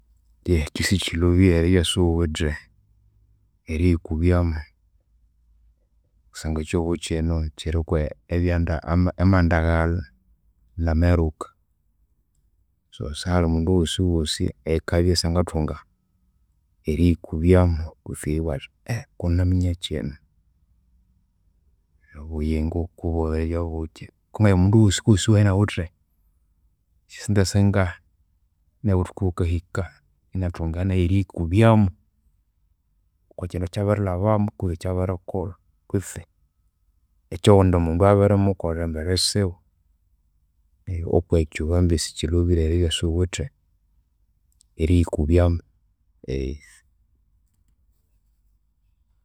Eyihi ekyu sikyilhobire eribya isighuwithe eriyikubyamu kusangwa ekyihugho kyino kyirikwe ebyanda ama- amandaghalha namiruka. So, sihali mundu wosiwosi eyikabya isangathunga eriyikubyamu kutse eribugha athi kunaminya kyinu obuyingo kulyendibya buthya. Kwangabya mundu wosiwosi kwangabya inawithe esyasente singahi, nayu obuthu bukahika inathunga nayu eriyikubyamu okwakyindu akyabirilhamu kutse ekyabirikolha kuste ekyoghundi mundu abirimukolha embere siwe. Neryo okwekyu bambi sikyilhobire eribya isighuwithe eriyikubyamu